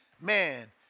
man